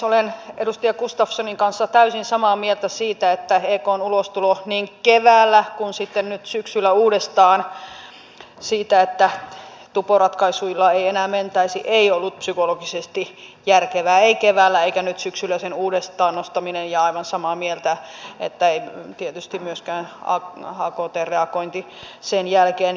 olen edustaja gustafssonin kanssa täysin samaa mieltä siitä että ekn ulostulo niin keväällä kuin nyt syksyllä uudestaan siinä että tuporatkaisuilla ei enää mentäisi ei ollut psykologisesti järkevää ei keväällä eikä nyt syksyllä sen uudestaan nostaminen ja aivan samaa mieltä että ei tietysti myöskään aktn reagointi sen jälkeen